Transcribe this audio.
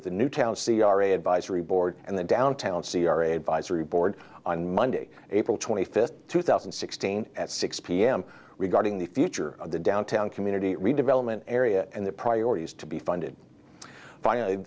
the new town c r a advisory board and the downtown c r a advisory board on monday april twenty fifth two thousand and sixteen at six pm regarding the future of the downtown community redevelopment area and the priorities to be funded by